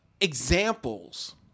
examples